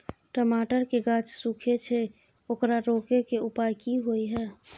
टमाटर के गाछ सूखे छै ओकरा रोके के उपाय कि होय है?